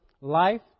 life